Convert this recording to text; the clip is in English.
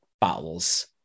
battles